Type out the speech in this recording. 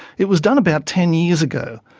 it was done about ten years ago.